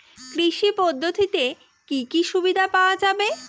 কৃষি পদ্ধতিতে কি কি সুবিধা পাওয়া যাবে?